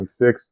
26